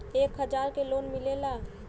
एक हजार के लोन मिलेला?